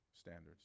standards